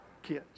kids